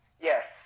yes